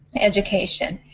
education.